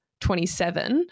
27